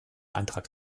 antrag